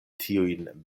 tiujn